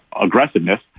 aggressiveness